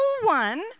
one